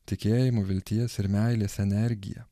tikėjimo vilties ir meilės energiją